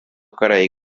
karai